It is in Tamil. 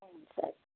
ம் சரி